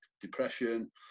depression